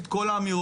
את כל האמירות,